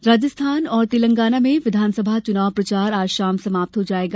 चुनाव प्रचार राजस्थान और तेलंगाना में विधानसभा चुनाव प्रचार आज शाम समाप्त हो जायेगा